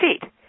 feet